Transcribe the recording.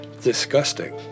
disgusting